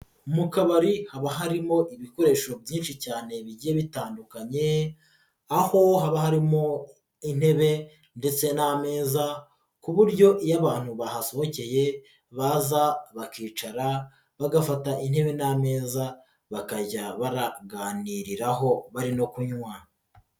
Mu kabari haba harimo ibikoresho byinshi cyane bigiye bitandukanye aho haba harimo intebe ndetse n'ameza ku buryo iyo abantu bahasohokeye baza bakicara bagafata intebe n'ameza bakajya baraganiriraho bari no kunywa.